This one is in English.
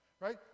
right